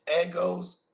Egos